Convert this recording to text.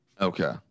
Okay